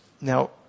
Now